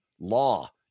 Law